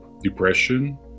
depression